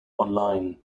online